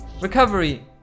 recovery